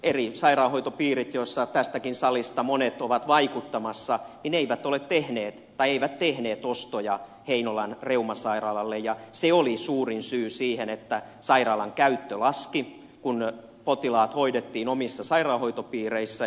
eri sairaanhoitopiirit joissa tästäkin salista monet ovat vaikuttamassa eivät tehneet ostoja heinolan reumasairaalalle ja se oli suurin syy siihen että sairaalan käyttö väheni kun potilaat hoidettiin omissa sairaanhoitopiireissä